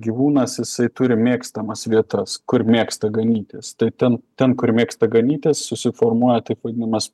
gyvūnas jisai turi mėgstamas vietas kur mėgsta ganytis tai ten ten kur mėgsta ganytis susiformuoja taip vadinamas